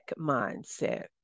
mindset